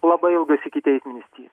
labai ilgas ikiteisminis ty